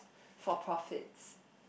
for profits